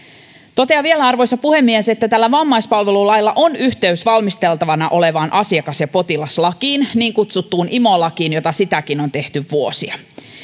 totean vielä arvoisa puhemies että tällä vammaispalvelulailla on yhteys valmisteltavana olevaan asiakas ja potilaslakiin niin kutsuttuun imo lakiin jota sitäkin on tehty vuosia